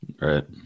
Right